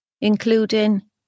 including